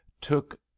took